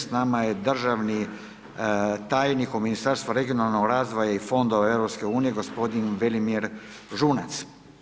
S nama je državni tajnik u Ministarstvu regionalnog razvoja i fondova EU gospodin Velimir Žunac.